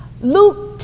Luke